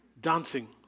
dancing